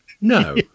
No